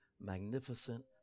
magnificent